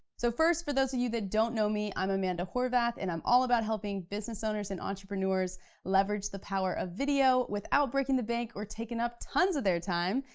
so first, for those of you that don't know me, i'm amanda horvath, and i'm all about helping business owners and entrepreneurs leverage the power of video without breaking the bank or taking up tons of their time.